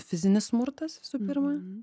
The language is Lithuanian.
fizinis smurtas visų pirma